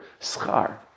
Schar